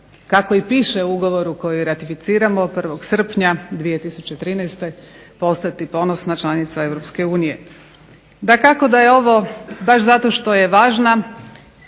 kako i piše u ugovoru koji ratificiramo 1. srpnja 2013. postati ponosna članica EU. Dakako da je ovo baš zato što je važna